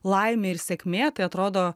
laimė ir sėkmė tai atrodo